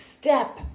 step